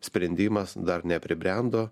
sprendimas dar nepribrendo